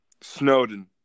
Snowden